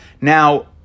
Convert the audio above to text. Now